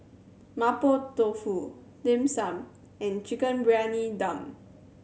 Mapo Tofu Dim Sum and Chicken Briyani Dum